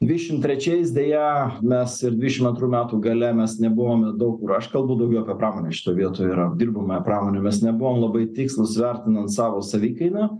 dvidešimt trečiais deja mes ir dvidešim antrų metų gale mes nebuvom daug kur aš kalbu daugiau apie pramonę šitoj vietoj yra dirbamąją pramonę mes nebuvom labai tikslūs vertinant savo savikainą